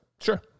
sure